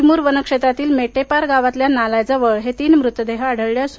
विमूर वनक्षेत्रातील मेटेपार गावातल्या नाल्याजवळ हे तीन मृतदेह आढळले आहेत